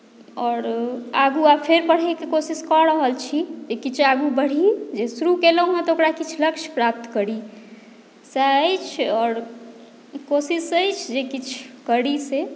आओर आगू आब फेर पढ़यके कोशिश कऽ रहल छी जे किछु आगू बढ़ी जे शुरू केलहुँ हेँ तऽ ओकरा किछु लक्ष्य प्राप्त करी सएह अछि आओर कोशिश अछि जे किछु करी से